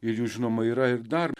ir jų žinoma yra ir dar